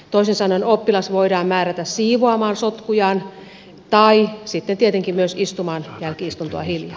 toisin sanoen oppilas voidaan määrätä siivoamaan sotkujaan tai sitten tietenkin myös istumaan jälki istuntoa hiljaa